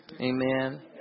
Amen